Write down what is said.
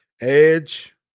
Edge